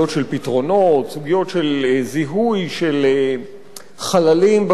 סוגיות של זיהוי של חללים בפתרונות החברתיים,